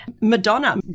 Madonna